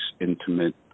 intimate